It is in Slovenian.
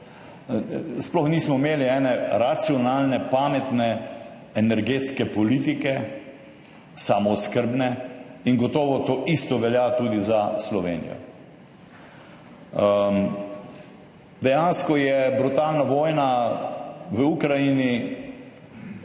sploh nismo imeli ene racionalne, pametne energetske politike, samooskrbne. In gotovo to isto velja tudi za Slovenijo. Dejansko je brutalna vojna v Ukrajini